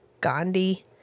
Gandhi